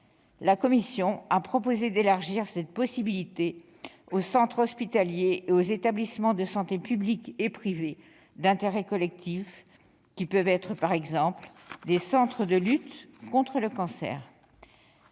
La commission a proposé d'élargir cette possibilité aux centres hospitaliers et aux établissements de santé publics et privés d'intérêt collectif- qui peuvent être, par exemple, des centres de lutte contre le cancer.